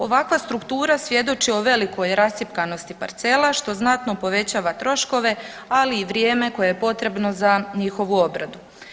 Ovakva struktura svjedoči o velikoj rascjepkanosti parcela što znatno povećava troškove, ali i vrijeme koje je potrebno za njihovu obradu.